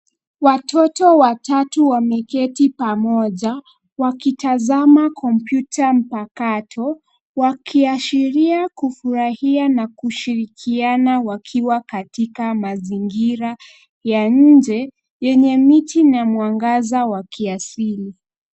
Watoto watatu wameketi pamoja wakitazama komputa mpakato, wakiashiria kufurahia na kushirikiana wakiwa katika mazingira ya nje yenye miti na mwangaza wa kiasili.